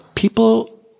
People